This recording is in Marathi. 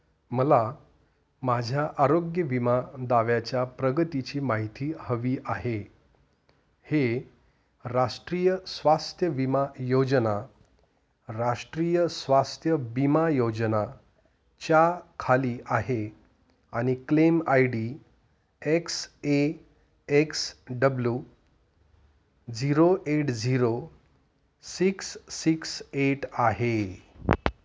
मला माझ्या आरोग्य विमा दाव्याच्या प्रगतीची माहिती हवी आहे हे राष्ट्रीय स्वास्थ्य विमा योजना राष्ट्रीय स्वास्थ्य बिमा योजनाच्या खाली आहे आणि claim I D X A X W zero eight zero six six eight आहे